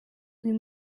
uyu